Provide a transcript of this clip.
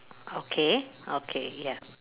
okay okay ya